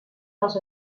dels